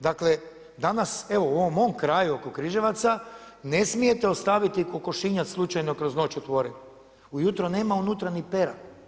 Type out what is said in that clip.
Dakle danas, evo u ovom mom kraju oko Križevaca, ne smijete ostaviti kokošinjac slučajno kroz noć otvorenim, ujutro nema unutra ni pera.